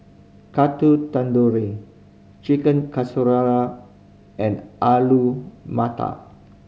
Ring Chicken and Alu Matar